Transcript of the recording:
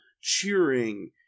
cheering